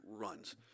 runs